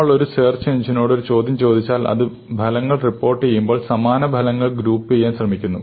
നമ്മൾ ഒരു സേർച്ച് എഞ്ചിനോട് ഒരു ചോദ്യം ചോദിച്ചാൽ അത് ഫലങ്ങൾ റിപ്പോർട്ടുചെയ്യുമ്പോൾ സമാനമായ ഫലങ്ങൾ ഗ്രൂപ്പുചെയ്യാൻ ശ്രമിക്കുന്നു